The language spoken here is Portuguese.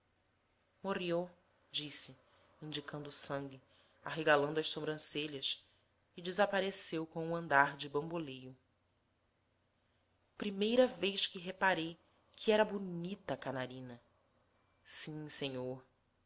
morió disse indicando o sangue arregalando as sobrancelhas e desapareceu com o andar de bamboleio primeira vez que reparei que era bonita a canarina sim senhor